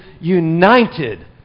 united